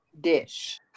Dish